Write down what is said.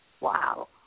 wow